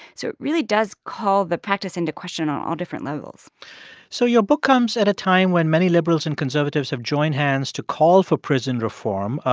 so it really does call the practice into question on all different levels so your book comes at a time when many liberals and conservatives have joined hands to call for prison reform.